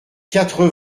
quatre